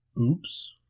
Oops